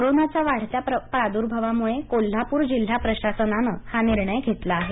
कोरोनाच्या वाढत्या प्रादुर्भावामुळे कोल्हापूर जिल्हा प्रशासनानं हा निर्णय घेतला आहे